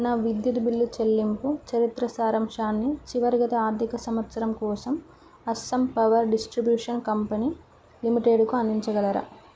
నా విద్యుత్ బిల్లు చెల్లింపు చరిత్ర సారాంశాన్ని చివరి గత ఆర్థిక సంవత్సరం కోసం అస్సాం పవర్ డిస్ట్రిబ్యూషన్ కంపెనీ లిమిటెడ్కు అందించగలరా